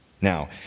Now